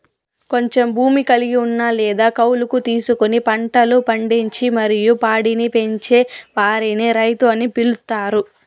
కొంచెం భూమి కలిగి ఉన్న లేదా కౌలుకు తీసుకొని పంటలు పండించి మరియు పాడిని పెంచే వారిని రైతు అని పిలుత్తారు